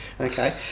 Okay